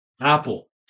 Apple